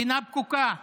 מדינה פקוקה.